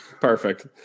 Perfect